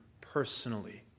personally